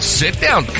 sit-down